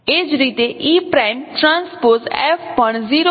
એ જ રીતે e prime transpose F પણ 0 અને e' ની બરાબર છે